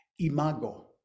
imago